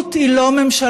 תרבות היא לא ממשלה,